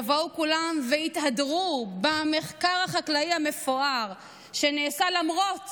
יבואו כולם ויתהדרו במחקר החקלאי המפואר שנעשה למרות